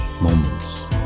moments